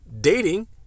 dating